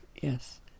Yes